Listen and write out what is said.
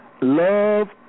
LOVE